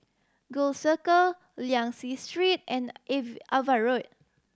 Gul Circle Liang Seah Street and Ava Road